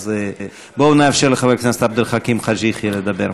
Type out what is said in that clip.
אז בואו נאפשר לחבר הכנסת עבד אל חכים חאג' יחיא לדבר.